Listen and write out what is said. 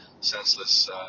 senseless